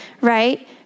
right